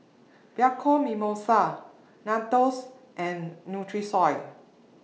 Bianco Mimosa Nandos and Nutrisoy